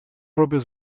proprio